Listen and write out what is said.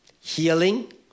healing